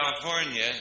California